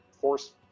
force